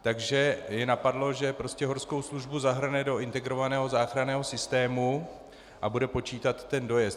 Tak je napadlo, že horskou službu zahrne do integrovaného záchranného systému a bude počítat ten dojezd.